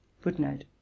Footnote